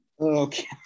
Okay